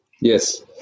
Yes